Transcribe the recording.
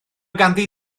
ganddi